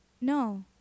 No